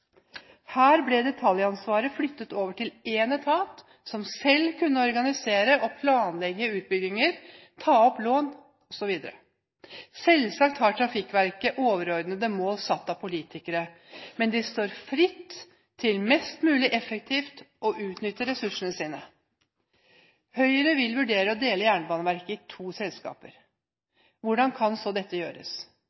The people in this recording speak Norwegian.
Her ble detaljansvaret flyttet over til én etat, som selv kunne organisere og planlegge utbygginger, ta opp lån osv. Selvsagt har Trafikverket overordnede mål satt av politikere, men de står fritt til mest mulig effektivt å utnytte ressursene sine. Høyre vil vurdere å dele Jernbaneverket i to selskaper.